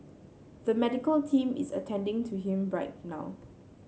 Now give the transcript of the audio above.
the medical team is attending to him right now